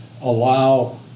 allow